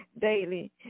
daily